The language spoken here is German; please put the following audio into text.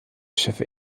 schiffe